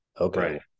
Okay